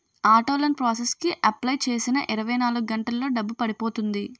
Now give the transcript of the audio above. auto loan process కి apply చేసిన ఇరవై నాలుగు గంటల్లో డబ్బు పడిపోతుంది